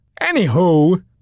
Anywho